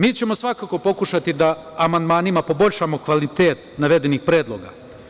Mi ćemo svakako pokušati da amandmanima poboljšamo kvalitet navedenih predloga.